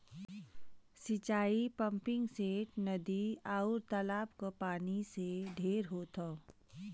सिंचाई पम्पिंगसेट, नदी, आउर तालाब क पानी से ढेर होत हौ